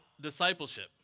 discipleship